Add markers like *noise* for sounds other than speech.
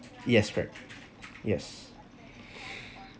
yes correct yes *breath*